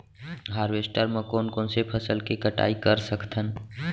Harvester म कोन कोन से फसल के कटाई कर सकथन?